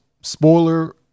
spoiler